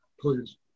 please